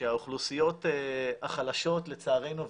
שהאוכלוסיות החלשות לצערנו,